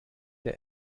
der